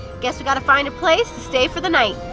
guess we gotta find a place to stay for the night.